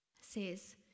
says